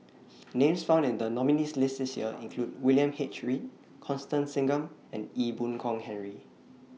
Names found in The nominees' list This Year include William H Read Constance Singam and Ee Boon Kong Henry